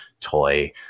toy